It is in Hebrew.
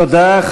תודה.